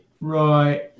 Right